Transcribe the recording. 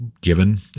given